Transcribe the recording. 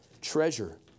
treasure